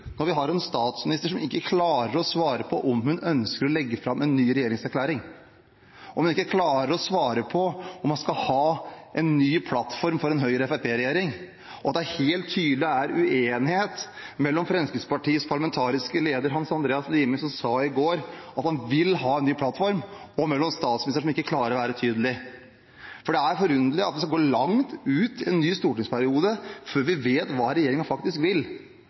Vi har en statsminister som ikke klarer å svare på om hun ønsker å legge fram en ny regjeringserklæring, ikke klarer å svare på om hun skal ha en ny plattform for en Høyre–Fremskrittsparti-regjering. Det er helt tydelig uenighet mellom Fremskrittspartiets parlamentariske leder, Hans Andreas Limi, som i går sa at han vil ha en ny plattform, og statsministeren, som ikke klarer å være tydelig. Det er forunderlig at det skal gå langt ut i en ny stortingsperiode før vi vet hva regjeringen faktisk vil.